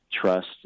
Trust